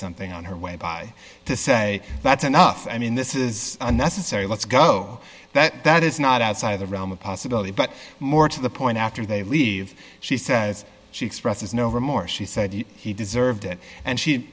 something on her way by to say that's enough i mean this is a necessary let's go that that is not outside of the realm of possibility but more to the point after they leave she says she expresses no remorse she said he deserved it and she